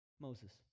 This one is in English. Moses